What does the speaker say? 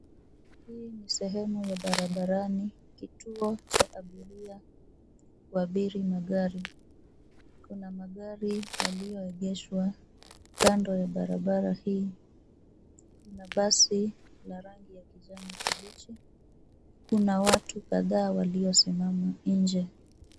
Hii ni sehemu ya barabarani kituo cha abiria huabiri magari. Kuna magari yalio egeshwa kando ya barabara hii. Kuna basi la rangi ya kijani kibichi. Kuna watu kadhaa walio simama inje.